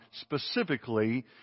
specifically